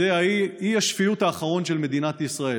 זה אי השפיות האחרון של מדינת ישראל.